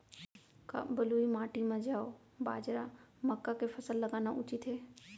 का बलुई माटी म जौ, बाजरा, मक्का के फसल लगाना उचित हे?